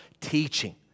teaching